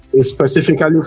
Specifically